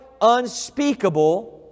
unspeakable